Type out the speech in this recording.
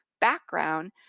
background